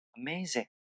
Amazing